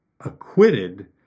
acquitted